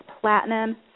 platinum